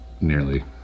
nearly